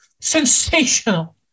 sensational